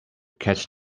catch